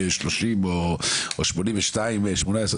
בעצם שם אחד הדברים --- מאוד חשובים זה כמובן משרד